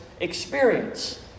experience